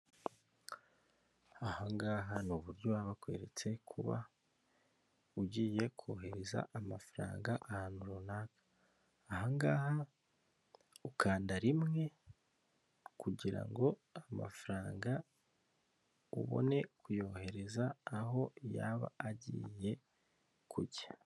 Ahangaha ni uburyo baba bakweretse kuba ugiye kohereza amafaranga ahantu runaka ,ahangaha ukanda rimwe kugira ngo amafaranga ubone kuyohereza aho yaba agiye kujya.